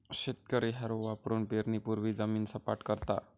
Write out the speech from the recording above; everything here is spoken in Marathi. शेतकरी हॅरो वापरुन पेरणीपूर्वी जमीन सपाट करता